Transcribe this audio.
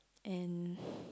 and